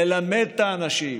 ללמד את האנשים,